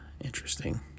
Interesting